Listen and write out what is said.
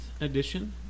edition